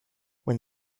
when